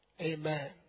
Amen